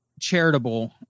charitable